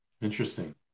Interesting